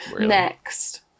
Next